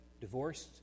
divorced